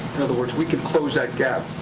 in other words, we could close that gap,